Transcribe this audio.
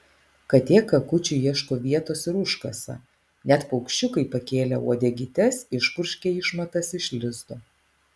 katė kakučiui ieško vietos ir užkasa net paukščiukai pakėlę uodegytes išpurškia išmatas iš lizdo